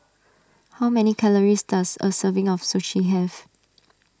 how many calories does a serving of Sushi have